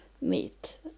meat